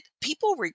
people